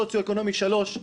סוציו-אקונומי 3,